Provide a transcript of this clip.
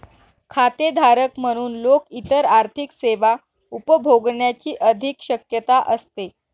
खातेधारक म्हणून लोक इतर आर्थिक सेवा उपभोगण्याची अधिक शक्यता असते